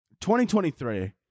2023